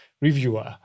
reviewer